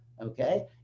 Okay